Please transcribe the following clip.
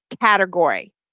category